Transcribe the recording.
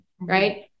right